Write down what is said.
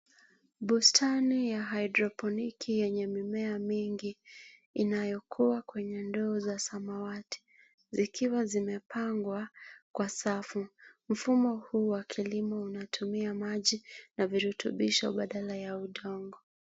Bustani ya haidroponiki yenye mimea mingi inayokua kwenye ndoo za samawati zikiwa zimepangwa kwa safu. Mfumo huu wa kilimo unatumia maji na virutubisho badala ya udongo.